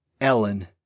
Ellen